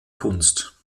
kunst